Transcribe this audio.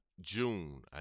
June